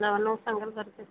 ନା ଅନ୍ୟକୁ ସାଙ୍ଗରେ ଧରିକି